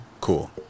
cool